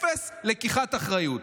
אפס לקיחת אחריות.